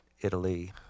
Italy